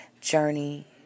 journey